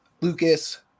Lucas